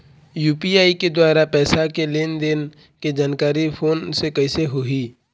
UPI के द्वारा पैसा के लेन देन के जानकारी फोन से कइसे होही?